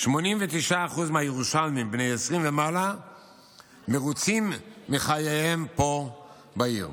89% מהירושלמים בני 20 ומעלה מרוצים מחייהם פה בעיר,